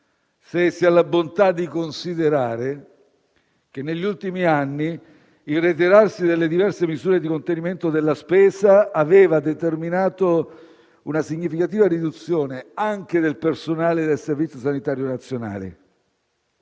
se si ha la bontà di considerare che negli ultimi anni il reiterarsi delle diverse misure di contenimento della spesa aveva determinato una significativa riduzione anche del personale del Servizio sanitario nazionale.